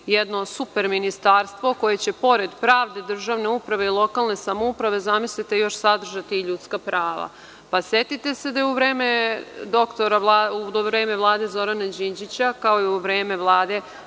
jedno super ministarstvo koje će pored pravde, državne uprave i lokalne samouprave, još sadržati i ljudska prava. Setite se da je u vreme Vlade Zorana Đinđića, kao i u vreme Vlade